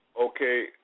Okay